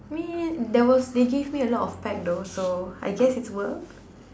mean there was they give me a lot of packs though so I guess it's worth